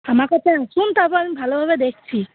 আমার কাছে আসুন তারপর আমি ভালোভাবে দেখছি